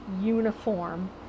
uniform